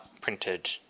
printed